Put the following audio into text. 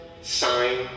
sign